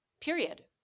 period